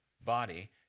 body